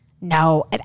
No